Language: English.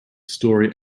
story